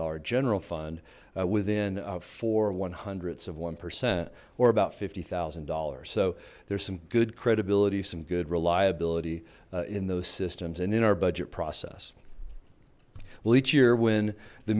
dollar general fund within four one hundredths of one percent or about fifty thousand dollars so there's some good credibility some good reliability in those systems and in our budget process we'll each year when the